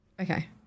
Okay